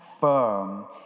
firm